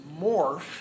morph